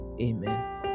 Amen